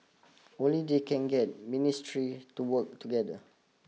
only they can get ministry to work together